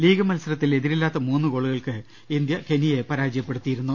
league മത്സരത്തിൽ എതി രില്ലാത്ത മൂന്നു ഗോൾക്ക് ഇന്ത്യ കെനിയയെ പരാജയപ്പെടുത്തിയിരുന്നു